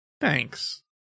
Thanks